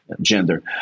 gender